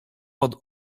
pod